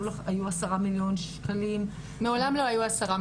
היו 10 מיליון שקלים --- מעולם לא היו 10 מיליון.